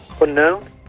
Unknown